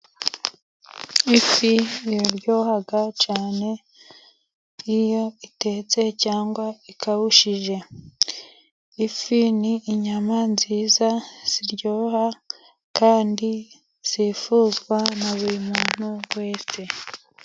Ifi iraryoha cyane, iyo itetse cyangwa ikawushije, ifi ni inyama nziza iryoha, kandi yifuzwa na buri muntu wese.